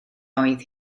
oedd